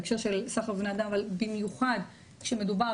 בהקשר של סחר בבני אדם אבל במיוחד כשמדובר